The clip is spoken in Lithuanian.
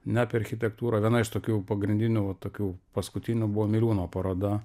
ne apie architektūrą viena iš tokių pagrindinių va tokių paskutinių buvo miliūno paroda